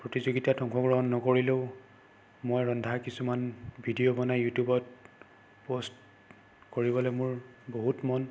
প্ৰতিযোগীতাত অংশগ্ৰহণ নকৰিলেও মই ৰন্ধা কিছুমান ভিডিঅ' বনাই ইউটিউবত প'ষ্ট কৰিবলৈ মোৰ বহুত মন